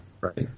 Right